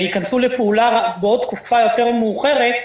וייכנסו לפעולה בעוד תקופה יותר מאוחרת,